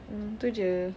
mm itu jer